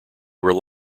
rely